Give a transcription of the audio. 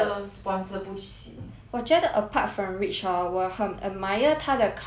我觉得 apart from rich hor 我很 admire 他的他的 courage lah cause